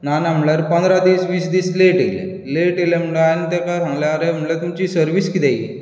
ना ना पंदरा दीस वीस दीस लेट आयलें लेट आयलें म्हणल्यार हांवें ताका सांगले आरे म्हणटलें आरे तुमची सर्विस कितें ही